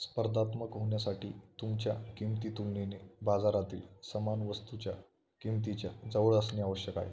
स्पर्धात्मक होण्यासाठी तुमच्या किंमती तुलनेने बाजारातील समान वस्तूंच्या किंमतीच्या जवळ असणे आवश्यक आहे